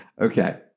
Okay